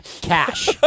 Cash